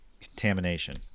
Contamination